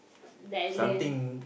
that I learn